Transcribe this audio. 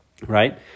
Right